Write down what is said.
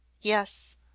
Yes